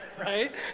right